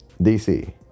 DC